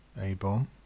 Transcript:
A-bomb